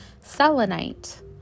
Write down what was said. selenite